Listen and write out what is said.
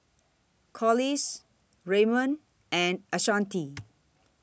Collis Raymond and Ashanti